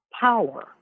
power